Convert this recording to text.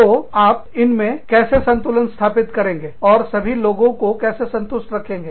तो आप इनमें कैसे संतुलन स्थापित करेंगे और सभी लोगों को कैसे संतुष्ट रखेंगे